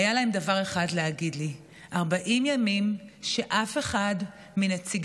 היה להם דבר אחד להגיד לי: 40 ימים שאף אחד מנציגי